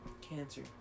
Cancer